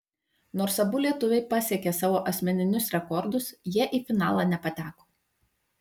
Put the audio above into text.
nors abu lietuviai pasiekė savo asmeninius rekordus jie į finalą nepateko